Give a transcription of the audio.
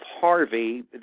Harvey